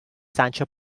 sancho